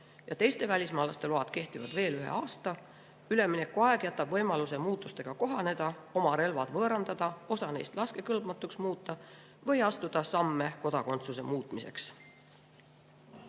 ja teiste välismaalaste load kehtivad veel ühe aasta. Üleminekuaeg jätab võimaluse muutustega kohaneda, oma relvad võõrandada, osa neist laskekõlbmatuks muuta või astuda samme kodakondsuse muutmiseks.